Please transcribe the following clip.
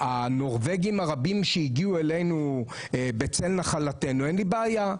הנורבגים הרבים שהגיעו אלינו בצל נחלתנו אין לי בעיה.